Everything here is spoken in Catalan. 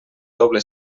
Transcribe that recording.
doble